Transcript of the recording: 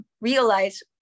realize